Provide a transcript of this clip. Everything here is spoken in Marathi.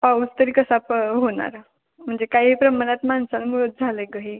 पाऊस तरी कसा प होणार म्हणजे काही प्रमाणात माणसांमुळेच झालं आहे गं हे